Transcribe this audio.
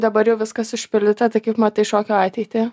dabar jau viskas užpildyta tai kaip matai šokio ateitį